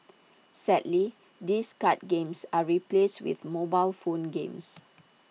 sadly these card games are replaced with mobile phone games